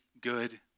good